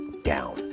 down